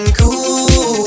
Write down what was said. cool